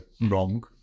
wrong